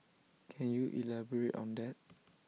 can you elaborate on that